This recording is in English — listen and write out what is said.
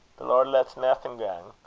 the lord lats naething gang.